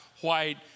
white